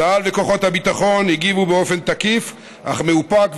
צה"ל וכוחות הביטחון הגיבו באופן תקיף אך מאופק,